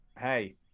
Hey